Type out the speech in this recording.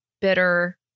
bitter